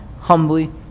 humbly